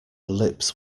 lips